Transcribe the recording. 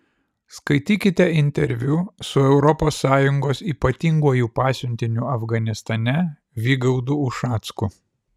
skaitykite interviu su europos sąjungos ypatinguoju pasiuntiniu afganistane vygaudu ušacku